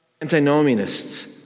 antinomianists